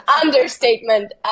understatement